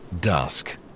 Dusk